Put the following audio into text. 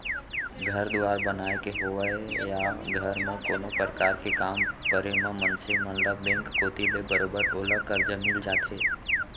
घर दुवार बनाय के होवय या घर म कोनो परकार के काम परे म मनसे मन ल बेंक कोती ले बरोबर ओला करजा मिल जाथे